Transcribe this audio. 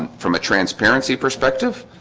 from a transparency perspective